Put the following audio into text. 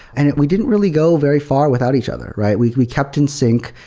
and we didn't really go very far without each other, right? we we kept in sync.